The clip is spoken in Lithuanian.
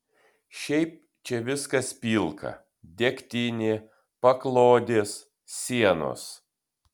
šiaip čia viskas pilka degtinė paklodės sienos